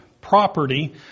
property